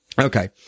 Okay